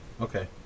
Okay